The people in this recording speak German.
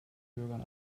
bürgern